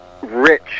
Rich